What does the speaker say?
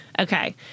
okay